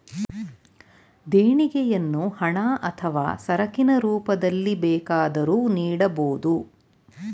ದೇಣಿಗೆಯನ್ನು ಹಣ ಅಥವಾ ಸರಕಿನ ರೂಪದಲ್ಲಿ ಬೇಕಾದರೂ ನೀಡಬೋದು